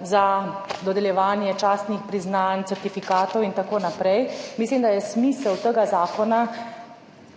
za dodeljevanje častnih priznanj, certifikatov in tako naprej. Mislim, da je smisel tega zakona